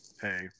hey